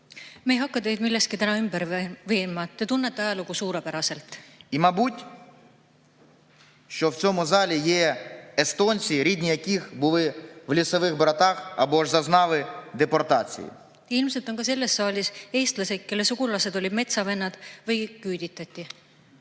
Ma ei hakka teid täna milleski veenma, te tunnete ajalugu suurepäraselt. Ilmselt on ka selles saalis eestlasi, kelle sugulased olid metsavennad või küüditati.